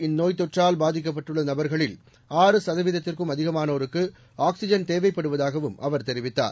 இந்நோய்த் தொற்றால் பாதிக்கப்பட்டுள்ள நபர்களில் ஆறு நாட்டில் சதவீதத்திற்கும் அதிகமானோருக்கு ஆக்ஸிஜன் தேவைப்படுவதாகவும் அவர் தெரிவித்தார்